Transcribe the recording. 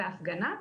בהפגנה,